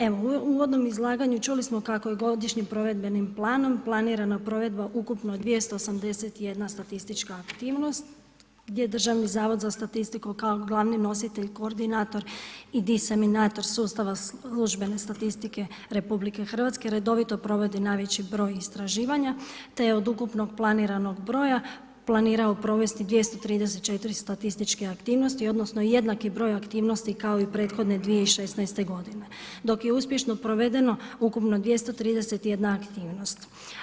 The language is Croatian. Evo, u uvodnom izlaganju čuli smo kako je godišnjim provedbenim planom planirana provedba ukupno 281 statistička aktivnost gdje Državni zavod za statistiku kao glavni nositelj, koordinator i diseminator sustava službene statistike RH redovito provodi najveći broj istraživanja te je od ukupno planiranog broja planirao provesti 234 statističke aktivnosti, odnosno jednaki broj aktivnosti kao i prethodne 2016. godine dok je uspješno provedeno ukupno 231 aktivnost.